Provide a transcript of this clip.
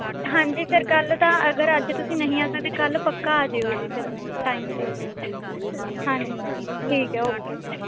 ਹਾਂਜੀ ਫਿਰ ਕੱਲ੍ਹ ਤਾਂ ਅਗਰ ਅੱਜ ਤੁਸੀਂ ਨਹੀਂ ਆ ਸਕਦੇ ਕੱਲ੍ਹ ਪੱਕਾ ਆ ਜਾਓ ਜੀ ਫਿਰ ਟਾਈਮ 'ਤੇ ਹਾਂਜੀ ਠੀਕ ਹੈ ਓਕੇ ਫਿਰ